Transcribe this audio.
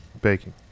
Baking